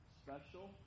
special